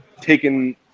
taken